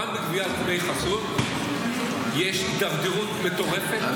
גם בגביית דמי חסות יש הידרדרות מטורפת.